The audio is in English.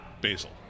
basil